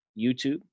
YouTube